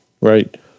right